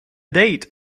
date